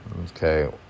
Okay